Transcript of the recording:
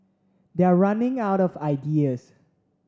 they're running out of ideas